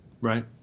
right